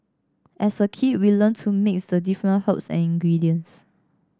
as a kid we learnt to mix the different herbs and ingredients